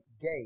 gate